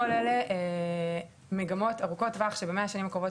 כל אלה מגמות ארוכות טווח שבמאה שנים הקרובות